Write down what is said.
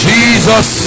Jesus